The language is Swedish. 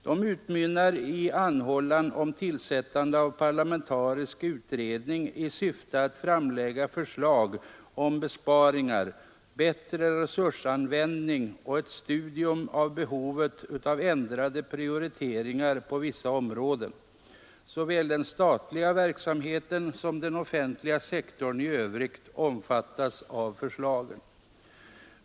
De utmynnar i anhållan om tillsättande av en parlamentarisk utredning i syfte att framlägga förslag om besparingar, bättre resursanvändning och ett studium av behovet utav ändrade prioriteringar på vissa områden. Såväl den statliga verksamheten som den offentliga sektorn i övrigt omfattas av förslagen.